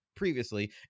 Previously